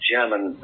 German